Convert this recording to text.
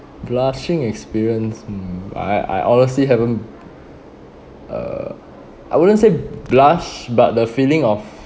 blushing experience mm I I I honestly haven't uh I wouldn't say blush but the feeling of